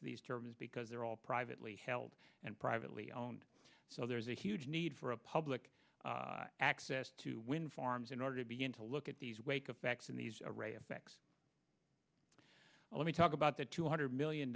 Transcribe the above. to these terms because they're all privately held and privately owned so there's a huge need for a public access to wind farms in order to begin to look at these wake affects in these array of facts let me talk about the two hundred million